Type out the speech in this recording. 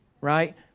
Right